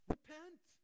Repent